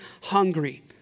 hungry